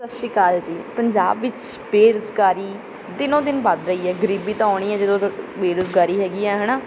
ਸਤਿ ਸ਼੍ਰੀ ਅਕਾਲ ਜੀ ਪੰਜਾਬ ਵਿੱਚ ਬੇਰੁਜ਼ਗਾਰੀ ਦਿਨੋਂ ਦਿਨ ਵੱਧ ਰਹੀ ਹੈ ਗਰੀਬੀ ਤਾਂ ਆਉਣੀ ਹੈ ਜਦੋਂ ਰ ਬੇਰੁਜ਼ਗਾਰੀ ਹੈਗੀ ਆ ਹੈ ਨਾ